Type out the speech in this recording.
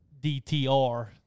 DTR